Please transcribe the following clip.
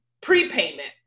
prepayment